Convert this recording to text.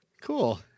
Cool